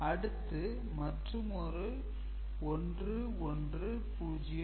அடுத்து மற்றுமொரு 1 1 0 1